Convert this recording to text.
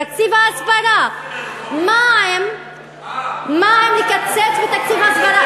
תקציב ההסברה, מה עם, מה עם לקצץ בתקציב ההסברה?